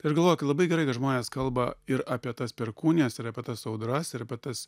ir galvoju kad labai gerai kad žmonės kalba ir apie tas perkūnijas ir apie tas audras ir apie tas